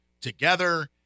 together